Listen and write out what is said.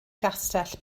gastell